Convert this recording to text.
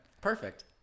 Perfect